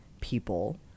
people